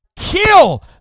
Kill